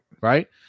Right